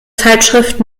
zeitschrift